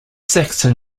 saxon